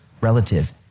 relative